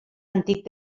antic